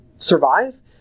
survive